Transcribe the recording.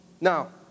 Now